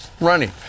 running